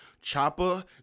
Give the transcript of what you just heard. Chopper